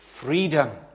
freedom